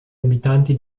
abitanti